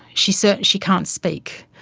she so she can't speak.